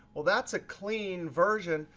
well that's a clean version.